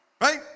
Right